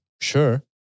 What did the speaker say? sure